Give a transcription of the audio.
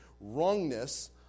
wrongness